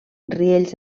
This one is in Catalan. riells